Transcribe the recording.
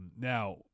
Now